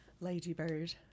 ladybird